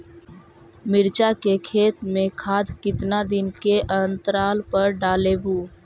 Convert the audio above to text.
मिरचा के खेत मे खाद कितना दीन के अनतराल पर डालेबु?